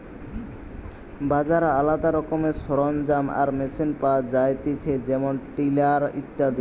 বাজারে আলদা রকমের সরঞ্জাম আর মেশিন পাওয়া যায়তিছে যেমন টিলার ইত্যাদি